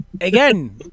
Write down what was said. Again